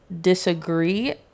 disagree